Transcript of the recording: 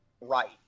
right